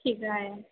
ठीक आहे